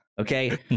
Okay